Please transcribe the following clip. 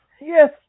Yes